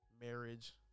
marriage